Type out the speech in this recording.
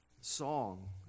song